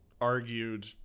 argued